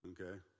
Okay